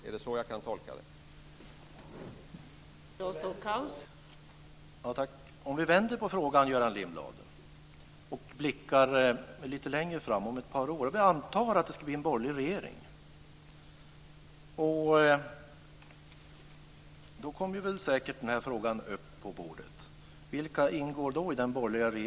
Är det så jag kan tolka det, Claes Stockhaus?